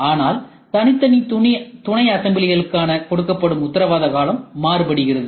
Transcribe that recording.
ஆனால் தனித்தனி துணைஅசம்பிளிளுக்காக கொடுக்கப்படும் உத்தரவாத காலம் மாறுபடுகிறது